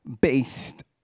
based